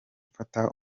mfata